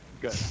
Good